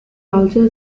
also